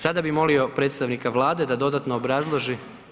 Sada bih molio predstavnika Vlade da dodatno obrazloži…